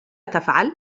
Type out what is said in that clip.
تفعل